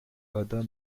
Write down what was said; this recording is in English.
other